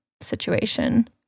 situation